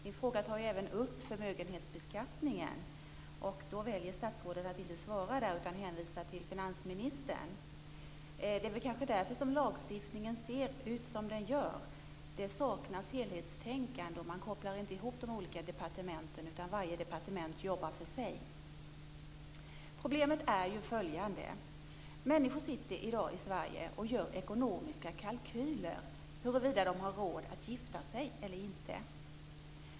Min fråga tar ju även upp förmögenhetsbeskattningen, och då väljer statsrådet att inte svara utan hänvisar till finansministern. Det är väl kanske därför som lagstiftningen ser ut som den gör: Det saknas helhetstänkande, och man kopplar inte ihop de olika departementen, utan varje departement jobbar för sig. Problemet är ju följande: Människor sitter i dag i Sverige och gör ekonomiska kalkyler över huruvida de har råd att gifta sig eller inte.